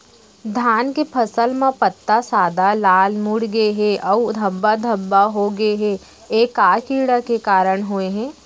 धान के फसल म पत्ता सादा, लाल, मुड़ गे हे अऊ धब्बा धब्बा होगे हे, ए का कीड़ा के कारण होय हे?